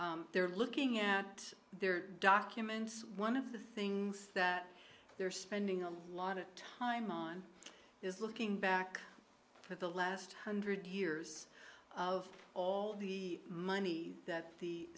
us they're looking at their documents one of the things that they're spending a lot of time on is looking back at the last hundred years of all the money that the